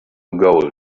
gold